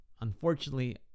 unfortunately